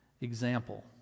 Example